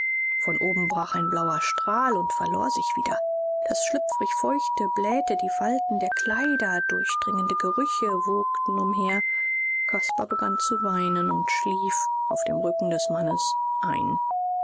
von oben brach ein blauer strahl und verlor sich wieder das schlüpfrig feuchte blähte die falten der kleider durchdringende gerüche wogten umher caspar begann zu weinen und schlief auf dem rücken des mannes ein